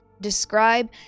describe